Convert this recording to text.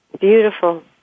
Beautiful